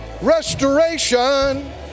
restoration